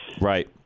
Right